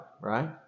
right